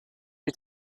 you